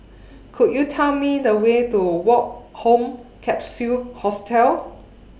Could YOU Tell Me The Way to Woke Home Capsule Hostel